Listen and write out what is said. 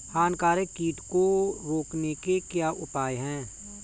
हानिकारक कीट को रोकने के क्या उपाय हैं?